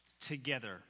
together